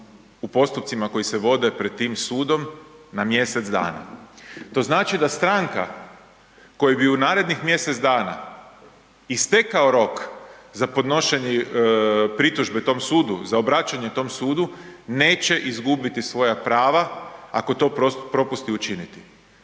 u postupcima koji se vode pred tim sudom na mjesec dana. To znači da stranka kojoj bi u narednih mjesec dana istekao rok za podnošenje pritužbe tom sudu, za obraćanje tom sudu, neće izgubiti svoja prava ako to propusti učiniti.